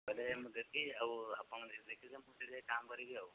କହିଲେ ମୁଁ ଦେବି ଆଉ ଆପଣ ଯେଉଁଠି ଦେଖିଛେ ମୁଁ ଯାଇ ସେଠି କାମ୍ କରିବି ଆଉ